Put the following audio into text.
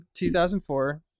2004-